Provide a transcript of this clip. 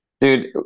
Dude